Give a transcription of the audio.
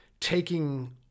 taking